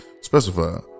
specify